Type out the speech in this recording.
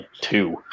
two